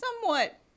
somewhat